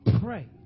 pray